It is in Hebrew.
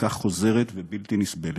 מכה חוזרת ובלתי נסבלת.